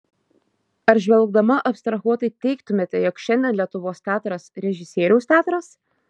ar žvelgdama abstrahuotai teigtumėte jog šiandien lietuvos teatras režisieriaus teatras